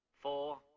Four